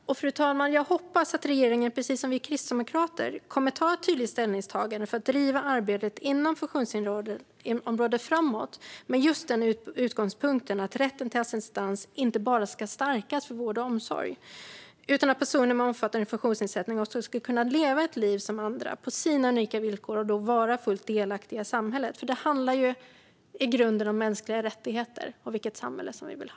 Fru talman! Jag hoppas att regeringen precis som vi kristdemokrater kommer att ta ett tydligt ställningstagande för att driva arbetet inom funktionshindersområdet framåt med just utgångspunkten att rätten till assistans inte bara ska stärkas för vård och omsorg. Personer med omfattande funktionsnedsättning ska kunna leva ett liv som andra på sina unika villkor och vara fullt delaktiga i samhället. Det handlar i grunden om mänskliga rättigheter och vilket samhälle som vi vill ha.